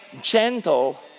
gentle